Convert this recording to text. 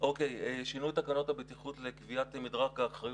שינוי תקנות הבטיחות לקביעת מדרג האחריות.